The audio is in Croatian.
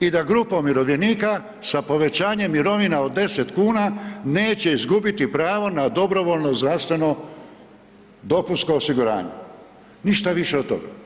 i da grupa umirovljenika sa povećanjem mirovina od 10 kuna neće izgubiti pravo na dobrovoljno zdravstveno dopunsko osiguranje, ništa više od toga.